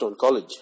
College